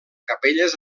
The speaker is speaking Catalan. capelles